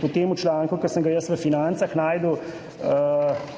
po tem članku, ki sem ga jaz v Financah našel,